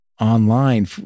online